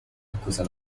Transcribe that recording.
accusa